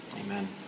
amen